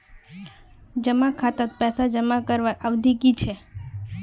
जमा खातात पैसा जमा करवार अवधि की छे?